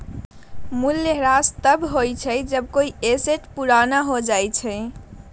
मूल्यह्रास तब होबा हई जब कोई एसेट पुराना हो जा हई